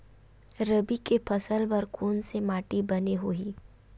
रबी के फसल बर कोन से माटी बने होही?